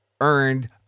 earned